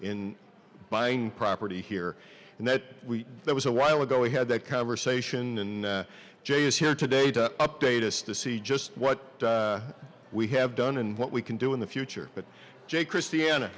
in buying property here and that we there was a while ago we had that conversation and jay is here today to update us to see just what we have done and what we can do in the future but jay christiana